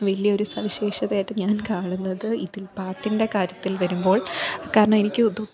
വലിയ ഒരു സവിശേഷതയായിട്ട് ഞാന് കാണുന്നത് ഇതില് പാട്ടിന്റെ കാര്യത്തില് വരുമ്പോള് കാരണം എനിക്ക് അത് ഒത്തിരി